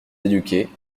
éduquer